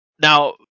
Now